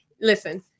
Listen